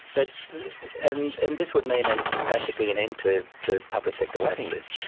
but and and this would mean and basically an end to to public sector waiting lists.